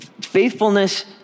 faithfulness